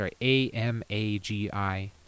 a-m-a-g-i